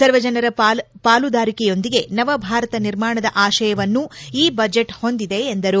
ಸರ್ವ ಜನರ ಪಾಲುದಾರಿಕೆಯೊಂದಿಗೆ ನವ ಭಾರತ ನಿರ್ಮಾಣದ ಆತಯವನ್ನು ಈ ಬಜೆಟ್ ಹೊಂದಿದೆ ಎಂದರು